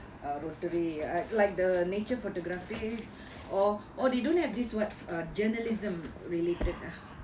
a rotary uh like the nature photography or or they don't have this [what] uh journalism related ah